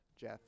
Jeff